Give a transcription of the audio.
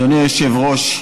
אדוני היושב-ראש,